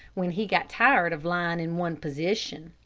when he got tired of lying in one position.